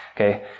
Okay